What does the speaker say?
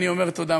אני אומר תודה,